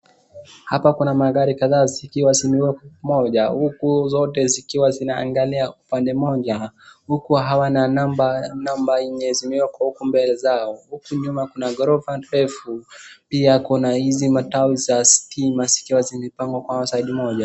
Hapa kuna magari kadhaa zikiwa zimewekwa pamoja. Huku zote zikiwa zinaangalia upande mmoja. Huku hawana number yenye zimewekwa huku mbele zao. Huku nyuma kuna gorofa ndefu. Pia kuna hizi matawi za stima zikiwa zimepangwa kwa side moja.